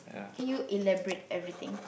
can you elaborate everything